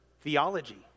theology